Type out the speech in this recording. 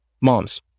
Mom's